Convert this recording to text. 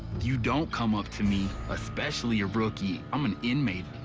you don't come up to me, especially a rookie, i'm an inmate.